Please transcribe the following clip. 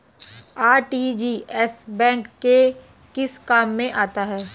RTGS bank के किस काम में आता है?